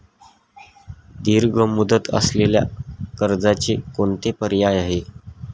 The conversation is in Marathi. दीर्घ मुदत असलेल्या कर्जाचे कोणते पर्याय आहे?